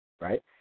right